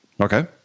Okay